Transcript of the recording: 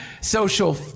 social